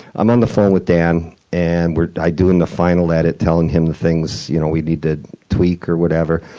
i'm on the phone with dan and we're i'm doing the final edit, telling him the things you know we need to tweak or whatever,